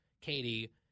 Katie